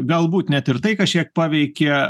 galbūt net ir tai kažkiek paveikė